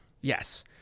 Yes